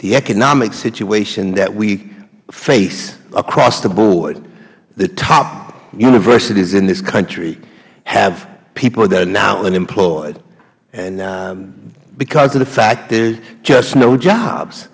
the economic situation that we face across the board the top universities in this country have people that are now unemployed because of the fact there are just no jobs